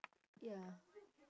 ya